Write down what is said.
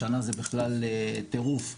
השנה זה בכלל טירוף.